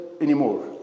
anymore